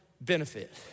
benefit